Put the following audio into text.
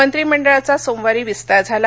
मंत्रिमंडळाचा सोमवारी विस्तार झाला